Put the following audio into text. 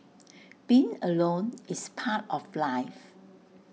being alone is part of life